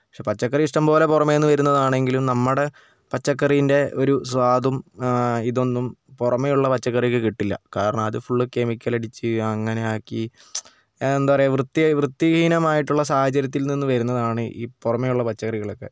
പക്ഷെ പച്ചക്കറി ഇഷ്ടംപോലെ പുറമേനിന്ന് വരുന്നതാണെങ്കിലും നമ്മുടെ പച്ചക്കറീൻ്റെ ഒരു സ്വാദും ഇതൊന്നും പുറമേയുള്ള പച്ചക്കറിക്ക് കിട്ടില്ല കാരണം അത് ഫുള്ള് കെമിക്കലടിച്ച് അങ്ങനെയാക്കി എന്താ പറയുക വൃത്തിയായി വൃത്തിഹീനമായിട്ടുള്ള സാഹചര്യത്തിൽ നിന്ന് വരുന്നതാണ് ഈ പുറമേയുള്ള പച്ചക്കറികളൊക്കെ